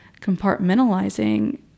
compartmentalizing